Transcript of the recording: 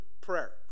prayer